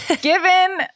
given